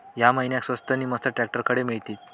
या महिन्याक स्वस्त नी मस्त ट्रॅक्टर खडे मिळतीत?